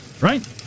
right